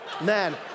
Man